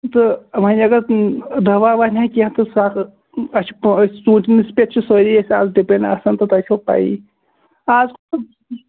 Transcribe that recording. تہٕ وۅنۍ اگر دوا وَنہِ ہٮ۪کھ کیٚنٛہہ تہٕ سۄ حظ أسۍ اَسہِ چھِ پہلۍ سوٗزۍمِتۍ تٔمِس پٮ۪ٹھ چھِ سٲرِی اَز أسۍ ڈِپٮ۪نٛڈ آسان تہٕ تۄہہِ چھَو پَیی اَز